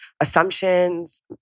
assumptions